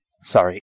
Sorry